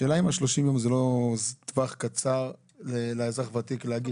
השאלה אם ה-30 יום זה לא טווח קצר לאזרח ותיק להגיש?